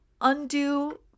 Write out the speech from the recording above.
undo